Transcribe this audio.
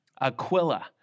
Aquila